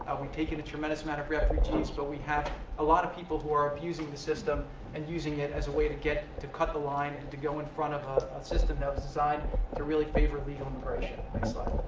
we've taken in a tremendous amount of refugees, but we have a lot of people who are abusing the system and using it as a way to get to cut the line and to go in front of a system that was designed to really favor illegal immigration. next slide.